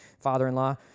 father-in-law